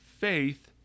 Faith